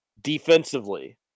Defensively